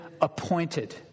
appointed